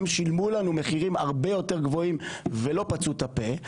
הם שילמו לנו מחירים הרבה יותר גבוהים ולא פצו את הפה.